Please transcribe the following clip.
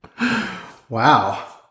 Wow